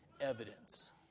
evidence